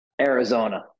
Arizona